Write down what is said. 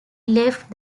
left